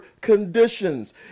conditions